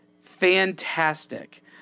fantastic